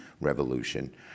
revolution